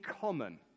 common